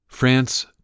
France